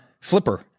flipper